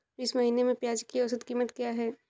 इस महीने में प्याज की औसत कीमत क्या है?